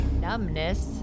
Numbness